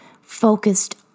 focused